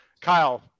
Kyle